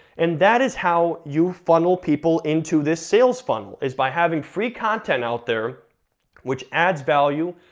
and that is how you funnel people into this sales funnel, is by having free content out there which adds value,